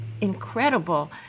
incredible